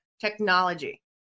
technology